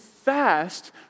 fast